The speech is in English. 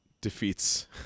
defeats